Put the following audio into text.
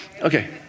Okay